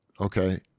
Okay